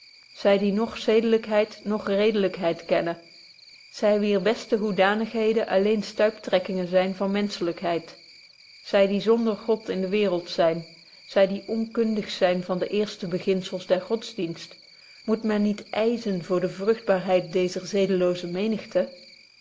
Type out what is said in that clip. zy die noch zedelykheid noch redelykheid kennen zy wier beste hoedanigheden alleen stuiptrekkingen zyn van menschlykheid zy die zonder god in de waereld zyn zy die onkundig zyn van de eerste beginzels des godsdienst moet men niet yzen voor de vrugtbaarheid deezer zedelooze menigte